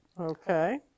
Okay